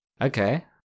Okay